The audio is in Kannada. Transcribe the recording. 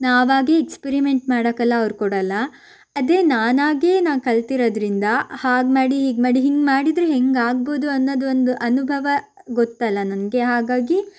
ನಾವಾಗಿ ಎಕ್ಸ್ಪೆರಿಮೆಂಟ್ ಮಾಡಕ್ಕೆಲ್ಲ ಅವರು ಕೊಡಲ್ಲ ಅದೇ ನಾನಾಗೇ ನಾನು ಕಲ್ತಿರೋದ್ರಿಂದ ಹಾಗೆ ಮಾಡಿ ಹೀಗೆ ಮಾಡಿ ಹೀಗೆ ಮಾಡಿದರೆ ಹೇಗೆ ಆಗ್ಬೋದು ಅನ್ನೋದೊಂದು ಅನುಭವ ಗೊತ್ತಲ್ಲ ನನಗೆ ಹಾಗಾಗಿ